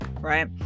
right